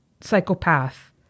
psychopath